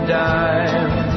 dime